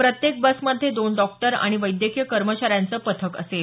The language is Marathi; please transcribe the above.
प्रत्येक बसमध्ये दोन डॉक्टर आणि वैद्यकीय कर्मचाऱ्यांचं पथक असेल